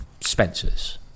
Spencer's